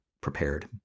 prepared